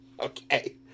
okay